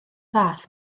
fath